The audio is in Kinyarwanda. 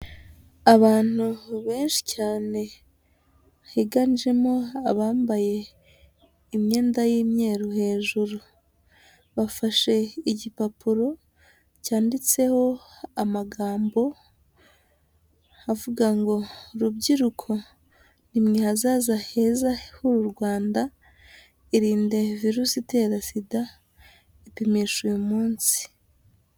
Abantu benshi cyane higanjemo abambaye imyenda y’imyeru hejuru, bafashe igipapuro cyanditseho amagambo avuga ngo: Rubyiruko nimwe hazaza heza h’uru Rwanda! Irinde virusi itera sida, ipimisha uyu munsi.